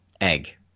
Egg